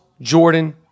Jordan